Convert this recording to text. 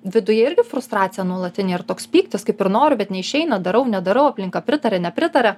viduje irgi frustracija nuolatinė ir toks pyktis kaip ir noriu bet neišeina darau nedarau aplinka pritaria nepritaria